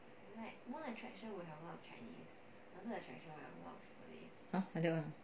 !huh! like that [one] ah